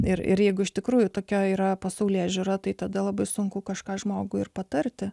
ir ir jeigu iš tikrųjų tokia yra pasaulėžiūra tai tada labai sunku kažką žmogų ir patarti